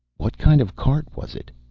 what kind of cart was it?